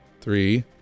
Three